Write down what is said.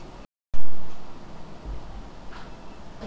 দুই হাজার চোদ্দ সালে জাতীয় মিশন ফর টেকসই চাষবাস শুরু করা হতিছে